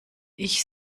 ich